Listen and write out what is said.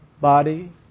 body